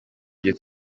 iryo